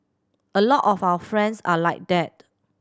a lot of our friends are like that